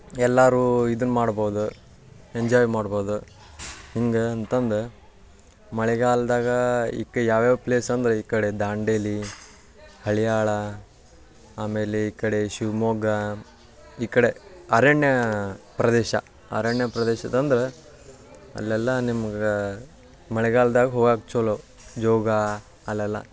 ಎಲ್ಲರೂ ಇದನ್ನು ಮಾಡ್ಬೌದು ಎಂಜಾಯ್ ಮಾಡ್ಬೌದು ಹಿಂಗೆ ಅಂತಂದು ಮಳೆಗಾಲದಾಗ ಇಕ್ಕಾ ಯಾವ ಯಾವ ಪ್ಲೇಸ್ ಅಂದರೆ ಈ ಕಡೆ ದಾಂಡೇಲಿ ಹಳಿಯಾಳ ಆಮೇಲೆ ಈ ಕಡೆ ಶಿವಮೊಗ್ಗ ಈ ಕಡೆ ಅರಣ್ಯ ಪ್ರದೇಶ ಅರಣ್ಯ ಪ್ರದೇಶದಂದ್ರೆ ಅಲ್ಲೆಲ್ಲ ನಿಮ್ಗೆ ಮಳೆಗಾಲ್ದಾಗ ಹೋಗಕ್ಕ ಚಲೋ ಜೋಗ ಅಲ್ಲೆಲ್ಲ